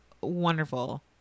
wonderful